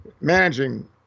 managing